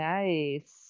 nice